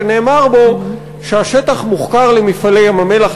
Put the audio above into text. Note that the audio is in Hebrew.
שנאמר בו שהשטח מוחכר ל"מפעלי ים-המלח"